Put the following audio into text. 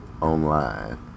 online